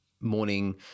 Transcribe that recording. morning